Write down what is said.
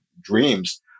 dreams